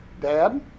Dad